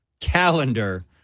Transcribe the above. calendar